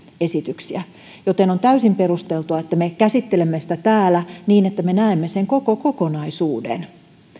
esityksiä joten on täysin perusteltua että me käsittelemme sitä täällä niin että me näemme sen koko kokonaisuuden